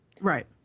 Right